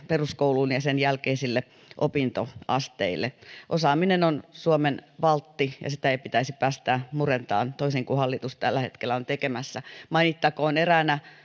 peruskouluun ja sen jälkeisille opintoasteille osaaminen on suomen valtti ja sitä ei pitäisi päästää murentumaan toisin kuin hallitus tällä hetkellä on tekemässä mainittakoon eräänä